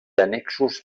annexos